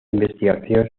investigación